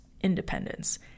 independence